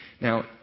Now